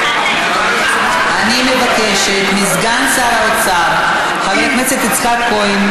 אני מבקשת מסגן שר האוצר חבר הכנסת יצחק כהן,